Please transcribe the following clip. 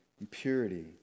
impurity